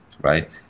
right